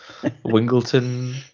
Wingleton